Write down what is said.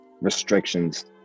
restrictions